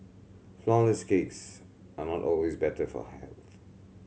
flourless cakes are not always better for health